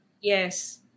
Yes